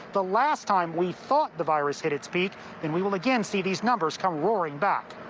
the last time we thought the virus hit its peak and we will again see these numbers come roaring back.